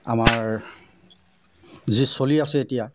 আমাৰ যি চলি আছে এতিয়া